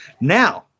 Now